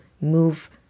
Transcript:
move